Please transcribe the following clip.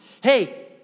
Hey